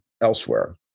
elsewhere